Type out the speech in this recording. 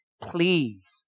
please